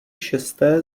šesté